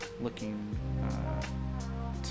looking